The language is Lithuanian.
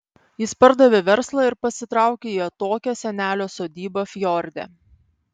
jis pardavė verslą ir pasitraukė į atokią senelio sodybą fjorde